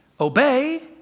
Obey